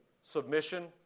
submission